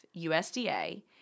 USDA